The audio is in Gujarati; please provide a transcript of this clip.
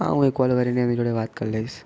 હા હું કોલ કરીને એમની જોડે વાત કરી લઈશ